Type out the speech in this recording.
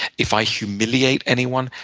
if i humiliate anyone,